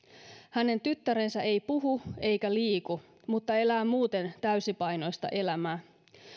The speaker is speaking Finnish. hänen tyttärensä ei puhu eikä liiku mutta elää muuten täysipainoista elämää